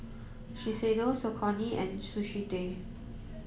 Shiseido Saucony and Sushi Tei